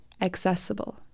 accessible